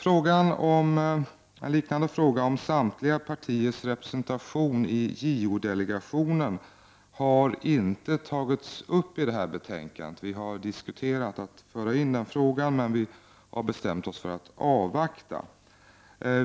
En liknande fråga om samtliga partiers representation i JO-delegationen har inte tagits upp i det här betänkandet. Vi har diskuterat att föra in den frågan, men vi har bestämt oss för att avvakta.